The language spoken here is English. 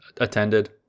attended